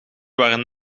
waren